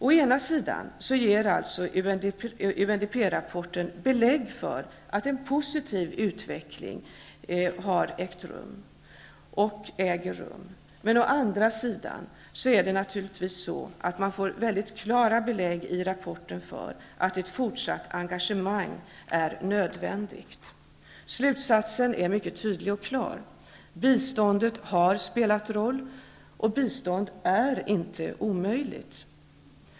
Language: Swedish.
Å ena sidan ger UNDP-rapporten belägg för att en positiv utveckling har ägt och äger rum. Men å andra sidan får man naturligtvis i rapporten klara belägg för att ett fortsatt engagemang är nödvändigt. Slutsatsen är mycket tydlig och klar. Biståndet har spelat en roll, och bistånd är inte omöjligt.